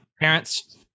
parents